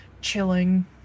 chilling